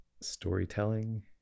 storytelling